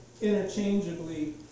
interchangeably